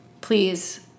please